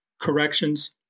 corrections